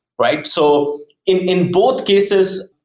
right? so in in both cases,